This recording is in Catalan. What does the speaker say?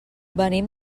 venim